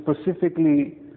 specifically